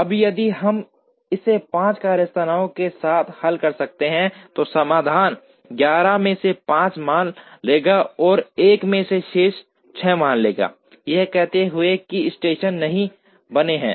अब यदि हम इसे 5 कार्यस्थानों के साथ हल कर सकते हैं तो समाधान 11 में से 5 मान लेगा और 1 में से शेष 6 मान लेगा यह कहते हुए कि ये स्टेशन नहीं बने हैं